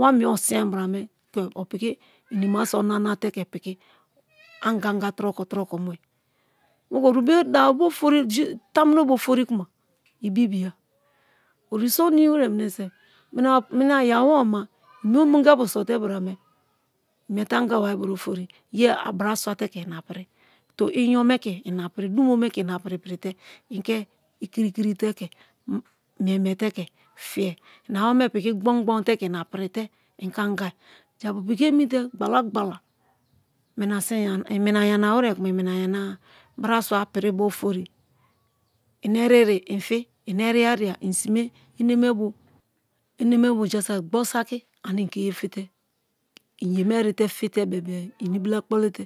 wa mie osin brame ḵe opiki ini ma sọ nanana ṯe piki angaga turoko-turoko mue moku oribe tamunobe ofori kuma ịbịbia oriso nimi were sọ mina iyawomena ị mie omongiapu so te bra me mịe tẹ angabra ofori ye abraswa te ke ina piri iyonme ke ina piri dumo me keẹ ina pri-pri te ị ke ikiri ikiri te kẹ mie-mie te ke fiye ana wome piki gbon-gbon te ke ina pirite ị ke angai jaou piki omi te gbala-gbala ị mina yana-were kuma gbala i mina yana-a braswa piri bọ ofori ị eriri ị fi ị eriaria ị sime enemebro, onemebo jasaki gboni saki ane ị ke ye fite ị ye ne arite fite bebe-e ị ibila kpolite